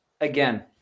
Again